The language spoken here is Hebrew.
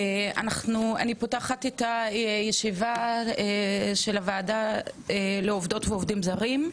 אני פותחת את הישיבה של הוועדה לעובדות ועובדים זרים,